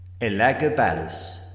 Elagabalus